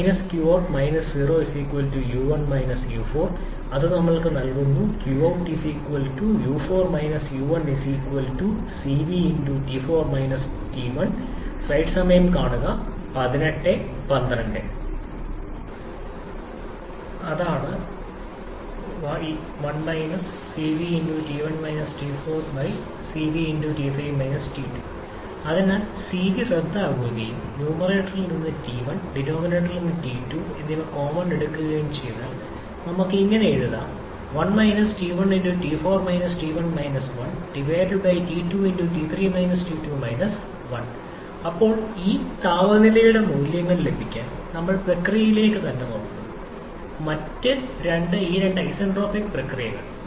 അതിനാൽ qout 0 u1 u4 അത് നമ്മൾക്ക് നൽകുന്നു qout u4 u1 Cv T4 −T1 അതാണ് അതിനാൽ Cv റദ്ദാക്കുകയും ന്യൂമറേറ്ററിൽ നിന്ന് T1 ഡിനോമിനേറ്ററിൽ നിന്ന് ടി 2 എന്നിവ കോമൺ എടുക്കുകയും ചെയ്താൽ നമുക്ക് ഇത് ഇങ്ങനെ എഴുതാം ഇപ്പോൾ ഈ താപനിലയുടെ മൂല്യങ്ങൾ ലഭിക്കാൻ നമ്മൾ പ്രക്രിയയിലേക്ക് തന്നെ നോക്കണം മറ്റ് രണ്ട് ഈ രണ്ട് ഐസന്റ്രോപിക് പ്രക്രിയകൾ